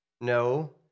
no